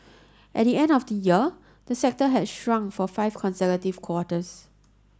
at the end of the year the sector had shrunk for five consecutive quarters